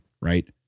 right